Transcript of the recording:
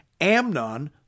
Amnon